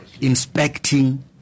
inspecting